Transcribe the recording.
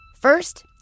First